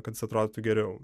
kad jis atrodytų geriau